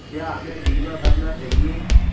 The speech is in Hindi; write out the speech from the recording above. क्या हमें बीमा करना चाहिए?